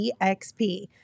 EXP